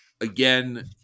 Again